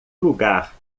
lugar